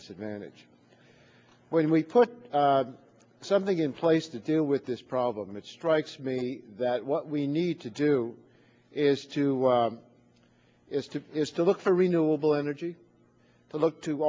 disadvantage when we put something in place to deal with this problem it strikes me that what we need to do is to is to is to look for renewable energy to look to